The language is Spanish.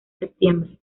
septiembre